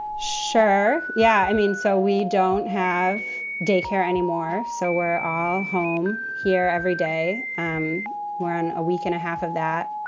sure. yeah. i mean, so we don't have daycare anymore, so we're all home here every day um we're on a week and a half of that.